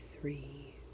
three